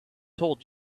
told